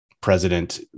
president